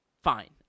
Fine